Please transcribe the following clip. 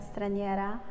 straniera